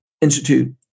Institute